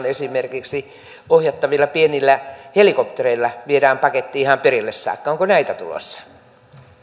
esimerkiksi ohjattavilla pienillä helikoptereilla viedään paketti ihan perille saakka onko näitä tulossa